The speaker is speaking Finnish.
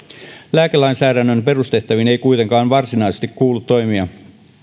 lääkelainsäädännön perustehtäviin ei kuitenkaan varsinaisesti kuulu toimia